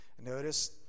notice